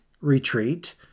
retreat